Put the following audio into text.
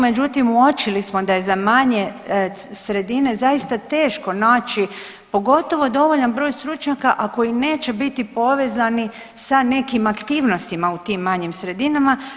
Međutim, uočili smo da je za manje sredine zaista teško naći, pogotovo dovoljan broj stručnjaka, a koji neće biti povezani sa nekim aktivnostima u tim manjim sredinama.